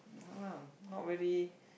ya lah not really